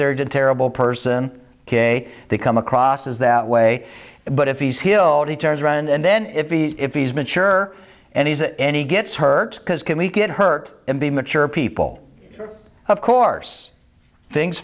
did terrible person ok they come across as that way but if he's hill he turns around and then if he if he's mature and he's any gets hurt because can we get hurt and be mature people of course things